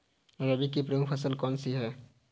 रबी की प्रमुख फसल कौन सी है?